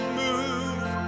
move